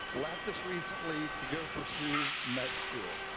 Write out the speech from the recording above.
left us recently to go pursue med school.